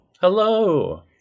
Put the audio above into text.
Hello